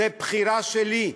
זה בחירה שלי.